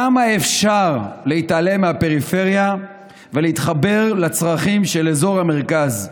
כמה אפשר להתעלם מהפריפריה ולהתחבר לצרכים של אזור המרכז?